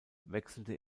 wechselte